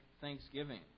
thanksgiving